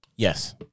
Yes